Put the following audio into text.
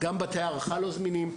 גם בתי ההארחה לא זמינים.